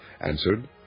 answered